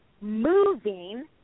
moving